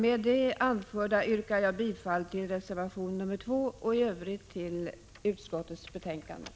Med det anförda yrkar jag bifall till reservation 2 och i övrigt till utskottets hemställan.